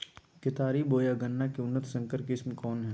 केतारी बोया गन्ना के उन्नत संकर किस्म कौन है?